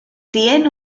tiene